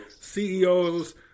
CEOs